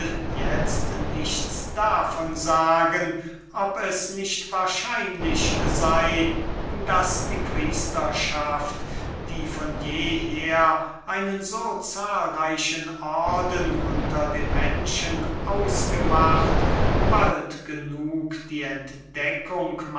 itzo nichts davon sagen ob es wahrscheinlich sei daß die priesterschaft die von jeher einen so zahlreichen orden unter den menschen ausgemacht bald genug die entdeckung